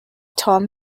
tom